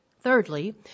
Thirdly